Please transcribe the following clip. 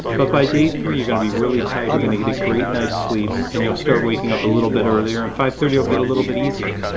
but by day three, you're going to be really tired, you're going to get a great night sleep, and you'll start waking up a little bit earlier. um five thirty will get a little bit easier.